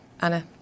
anna